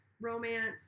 romance